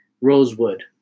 Rosewood